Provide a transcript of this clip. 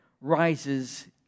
rises